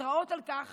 התראות על כך